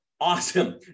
awesome